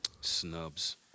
Snubs